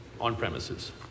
on-premises